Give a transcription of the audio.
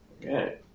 Okay